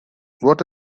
what